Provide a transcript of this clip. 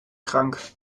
krank